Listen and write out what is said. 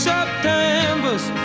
September's